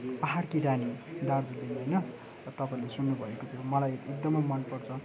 पाहाड की रानी दार्जिलिङ होइन र तपाईँले सुन्नुभएको त्यो मलाई एकदमै मनपर्छ